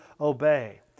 obey